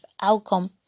outcome